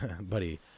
buddy